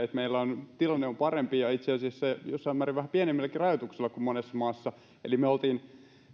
että meillä tilanne on parempi ja itse asiassa jossain määrin vähän pienemmilläkin rajoituksilla kuin monessa maassa eli me olimme